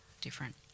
different